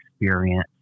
experience